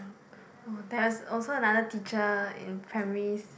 oh there's also another teacher in primary